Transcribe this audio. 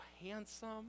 handsome